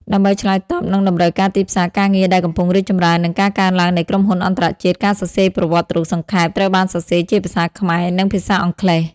ដើម្បីឆ្លើយតបនឹងតម្រូវការទីផ្សារការងារដែលកំពុងរីកចម្រើន និងការកើនឡើងនៃក្រុមហ៊ុនអន្តរជាតិ ការសរសេរប្រវត្តិរូបសង្ខេប ត្រូវបានសរសេរជាភាសាខ្មែរ និងភាសាអង់គ្លេស។